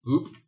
Oop